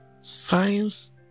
science